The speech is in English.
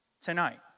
tonight